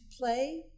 play